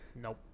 Nope